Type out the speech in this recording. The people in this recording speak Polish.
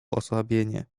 osłabienie